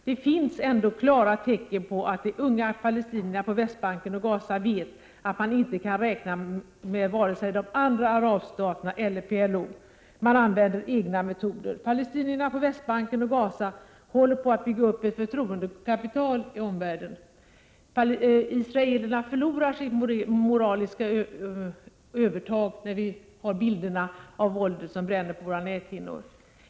Det finns ändå klara tecken på att de unga palestinierna på Västbanken och i Gaza vet att de inte kan räkna med vare sig de andra arabstaterna eller PLO, utan måste använda egna metoder. Palestinierna på Västbanken och i Gaza håller på att bygga upp ett förtroendekapital i omvärlden. Israelerna förlorar sitt moraliska övertag när vi har bilderna av våldet brännande på våra näthinnor.